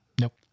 Nope